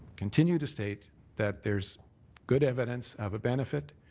continue to state that there's good evidence of a benefit,